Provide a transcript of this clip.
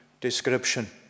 description